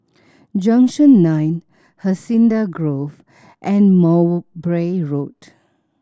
Junction Nine Hacienda Grove and Mowbray Road